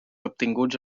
obtinguts